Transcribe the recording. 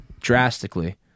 Drastically